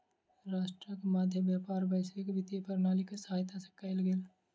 राष्ट्रक मध्य व्यापार वैश्विक वित्तीय प्रणाली के सहायता से कयल गेल